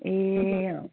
ए